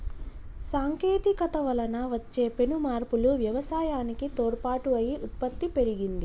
సాంకేతికత వలన వచ్చే పెను మార్పులు వ్యవసాయానికి తోడ్పాటు అయి ఉత్పత్తి పెరిగింది